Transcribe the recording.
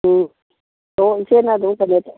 ꯎꯝ ꯑꯣ ꯏꯆꯦꯅ ꯑꯗꯨꯝ ꯀꯩꯅꯣ